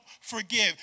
forgive